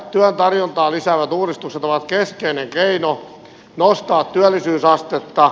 työn tarjontaa lisäävät uudistukset ovat keskeinen keino nostaa työllisyysastetta